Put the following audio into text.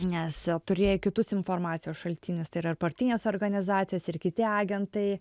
nes turėjo kitus informacijos šaltinius tai yra partinės organizacijos ir kiti agentai